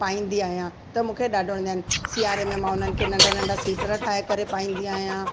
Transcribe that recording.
पाईंदी आहियां त मूंखे ॾाढो अञा आहिनि सिआरे में मां उन्हनि खे नंढा नंढा सीटर ठाहे करे पाईंदी आहियां